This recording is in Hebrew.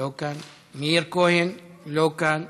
לא כאן, מאיר כהן, לא כאן,